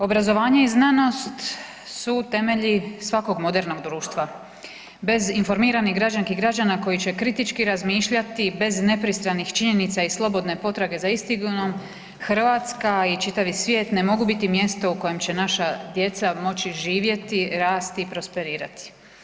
Obrazovanje i znanost su temelji svakog modernog društva, bez informiranih građanki i građana koji će kritički razmišljati bez nepristranih činjenica i slobodne potrage za istinom Hrvatska i čitavi svijet ne mogu biti mjesto u kojem će naša djeca moći živjeti, rasti i prosperirati.